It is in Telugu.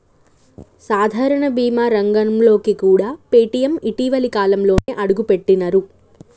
సాధారణ బీమా రంగంలోకి కూడా పేటీఎం ఇటీవలి కాలంలోనే అడుగుపెట్టినరు